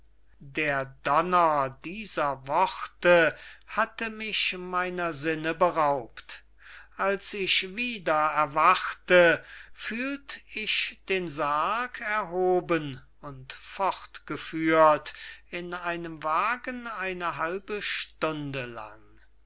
der donner dieser worte hatte mich meiner sinne beraubt als ich wieder erwachte fühlt ich den sarg erhoben und fortgeführt in einem wagen eine halbe stunde lang